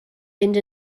fynd